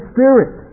Spirit